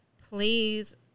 please